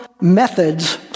methods